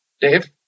Dave